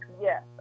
yes